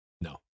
No